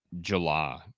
July